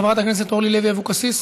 חברת הכנסת אורלי לוי אבקסיס.